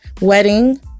wedding